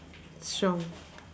strong